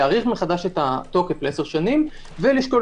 להאריך מחדש את התוקף לעשר שנים ולשקול